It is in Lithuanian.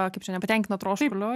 kaip čia nepatenkino troškulio